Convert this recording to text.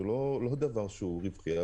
זה לא דבר שהוא רווחי,